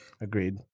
Agreed